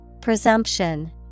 Presumption